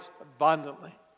abundantly